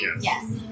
Yes